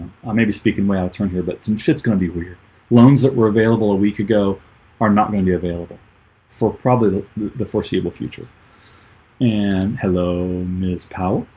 may be speaking way out turned here but some shits gonna be weird loans that were available a week ago are not mainly available for probably the the foreseeable future and hello, miss powell.